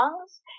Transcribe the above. songs